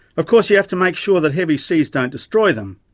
of course you have to make sure that heavy seas don't destroy them.